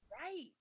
right